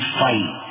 fight